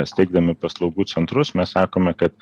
steigdami paslaugų centrus mes sakome kad